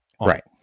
right